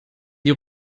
die